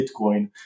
Bitcoin